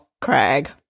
Craig